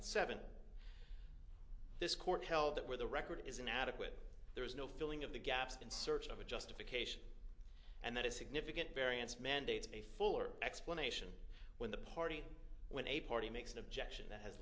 and seven this court held that where the record is an adequate there is no feeling of the gaps in search of a justification and that a significant variance mandates a fuller explanation when the party when a party makes an objection that has